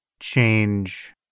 change